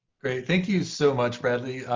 great. thank you so much, bradley.